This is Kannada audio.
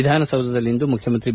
ವಿಧಾನಸೌಧದಲ್ಲಿಂದು ಮುಖ್ಶಮಂತ್ರಿ ಬಿ